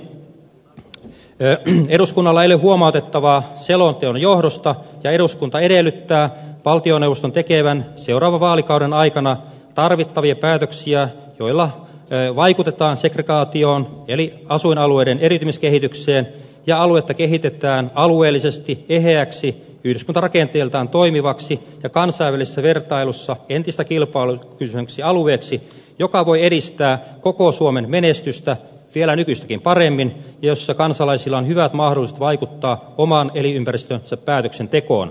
eduskunnalla ei ole huomautettavaa selonteon johdosta ja eduskunta edellyttää valtioneuvoston tekevän seuraavan vaalikauden aikana tarvittavia päätöksiä joilla vaikutetaan segregaatioon eli asuinalueiden eriytymiskehitykseen ja aluetta kehitetään alueellisesti eheäksi yhdyskuntarakenteeltaan toimivaksi ja kansainvälisessä vertailussa entistä kilpailukykyisemmäksi alueeksi joka voi edistää koko suomen menestystä vielä nykyistäkin paremmin ja jossa kansalaisilla on hyvät mahdollisuudet vaikuttaa oman elinympäristönsä päätöksentekoon